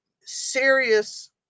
serious